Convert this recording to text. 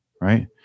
Right